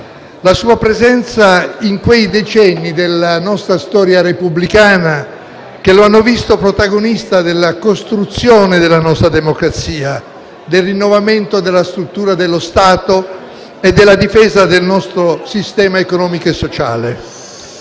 alla memoria quei decenni della nostra storia repubblicana che lo hanno visto protagonista della costruzione della nostra democrazia, del rinnovamento della struttura dello Stato e della difesa del nostro sistema economico e sociale.